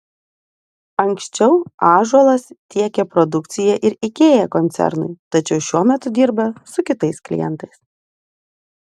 anksčiau ąžuolas tiekė produkciją ir ikea koncernui tačiau šiuo metu dirba su kitais klientais